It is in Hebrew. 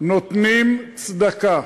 נותנים צדקה,